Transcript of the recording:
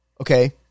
okay